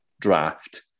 draft